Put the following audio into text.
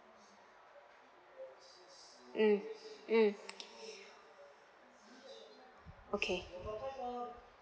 mm mm okay